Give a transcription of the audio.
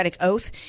Oath